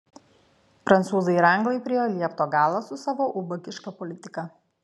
prancūzai ir anglai priėjo liepto galą su savo ubagiška politika